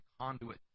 conduit